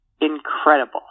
incredible